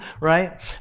right